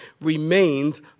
remains